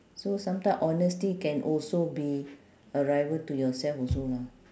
so sometime honesty can also be a rival to yourself also lah